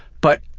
but